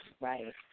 Right